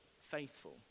faithful